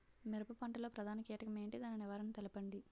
మిరప పంట లో ప్రధాన కీటకం ఏంటి? దాని నివారణ తెలపండి?